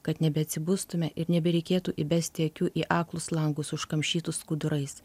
kad nebeatsibustume ir nebereikėtų įbesti akių į aklus langus užkamšytus skudurais